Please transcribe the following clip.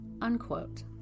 unquote